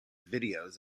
videos